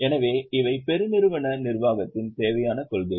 எனவே இவை பெருநிறுவன நிர்வாகத்தின் தேவையான கொள்கைகள்